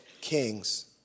kings